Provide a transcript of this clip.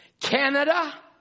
Canada